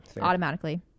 automatically